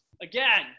Again